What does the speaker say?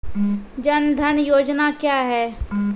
जन धन योजना क्या है?